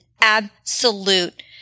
absolute